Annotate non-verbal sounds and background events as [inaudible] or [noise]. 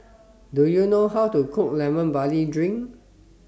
[noise] Do YOU know How to Cook Lemon Barley Drink